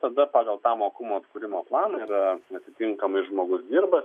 tada pagal tą mokumo atkūrimo planą yra atitinkamai žmogus dirba